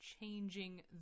changing